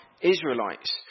Israelites